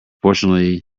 fortunately